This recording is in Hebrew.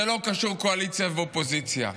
זה לא קשור לקואליציה ואופוזיציה.